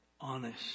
honest